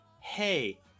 hey